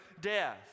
death